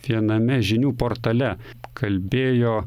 viename žinių portale kalbėjo